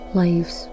lives